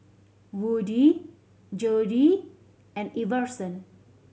Woodie Jody and Iverson